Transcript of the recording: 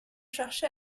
cherché